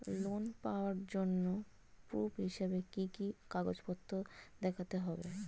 Loan পাওয়ার জন্য proof হিসেবে কি কি কাগজপত্র দেখাতে হবে?